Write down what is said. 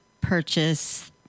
purchase